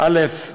א.